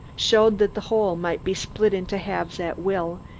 showed that the whole might be split into halves at will,